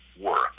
work